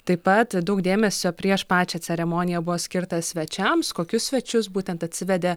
taip pat daug dėmesio prieš pačią ceremoniją buvo skirta svečiams kokius svečius būtent atsivedė